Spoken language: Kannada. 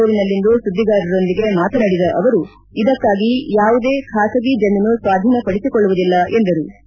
ಬೆಂಗಳೂರಿನಲ್ಲಿಂದು ಸುದ್ದಿಗಾರರೊಂದಿಗೆ ಮಾತನಾಡಿದ ಅವರು ಇದಕ್ಕಾಗಿ ಯಾವುದೇ ಖಾಸಗಿ ಜಮೀನು ಸ್ವಾಧೀನ ಪಡಿಸಿಕೊಳ್ಳವುದಿಲ್ಲ ಎಂದರು